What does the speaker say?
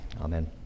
Amen